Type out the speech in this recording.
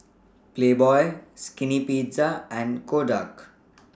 Playboy Skinny Pizza and Kodak